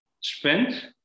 spent